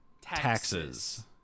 taxes